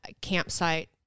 campsite